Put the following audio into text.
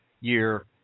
year